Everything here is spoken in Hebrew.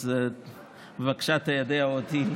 בבקשה תיידע אותי,